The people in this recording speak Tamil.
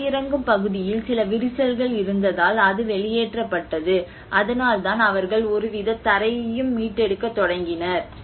தரையிறங்கும் பகுதியில் சில விரிசல்கள் இருந்ததால் அது வெளியேற்றப்பட்டது அதனால் தான் அவர்கள் ஒருவித தரையையும் மீட்டெடுக்கத் தொடங்கினர்